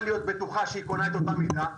להיות בטוחה שהיא קונה את אותה מידה.